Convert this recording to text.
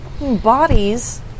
Bodies